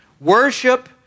Worship